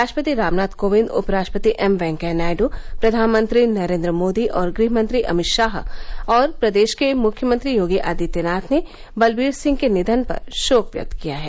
राष्ट्रपति रामनाथ कोविंद उपराष्ट्रपति एम वैकेया नायड़ प्रधानमंत्री नरेन्द्र मोदी और गृहमंत्री अमित शाह और प्रदेश के मुख्यमंत्री योगी आदित्यनाथ ने बलबीर सिंह के निधन पर शोक व्यक्त किया है